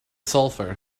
sulfur